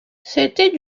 c’était